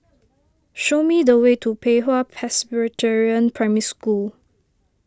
show me the way to Pei Hwa Presbyterian Primary School